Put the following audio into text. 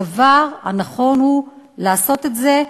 הדבר הנכון הוא לעשות את זה.